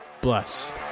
bless